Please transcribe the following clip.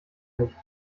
nicht